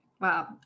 Wow